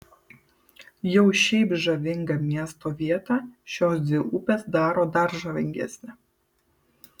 jau šiaip žavingą miesto vietą šios dvi upės daro dar žavingesnę